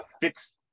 fix